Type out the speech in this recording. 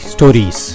Stories